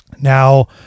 Now